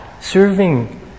serving